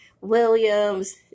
Williams